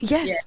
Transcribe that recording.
Yes